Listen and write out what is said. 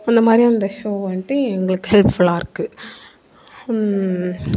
அந்த மாதிரி அந்த ஷோ வன்ட்டு எங்களுக்கு ஹெல்ப்ஃபுல்லாக இருக்கு